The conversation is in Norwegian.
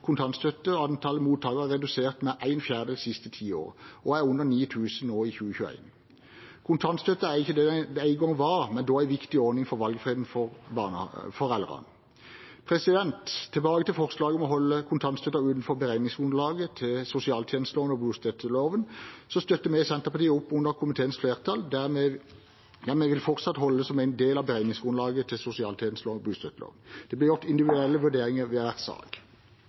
antall mottakere av kontantstøtte er redusert med en fjerdedel de siste ti årene og var under 9 000 i 2021. Kontantstøtte er ikke det det engang var, men er likevel en viktig ordning for valgfriheten til foreldrene. Tilbake til forslaget om å holde kontantstøtten utenfor beregningsgrunnlaget etter sosialtjenesteloven og bostøtteloven: Vi i Senterpartiet støtter opp om komiteens flertall som fortsatt vil beholde kontantstøtten som en del av beregningsgrunnlaget etter sosialtjenesteloven og bostøtteloven. Det blir gjort individuelle vurderinger i hver sak.